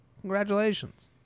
Congratulations